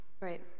Right